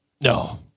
No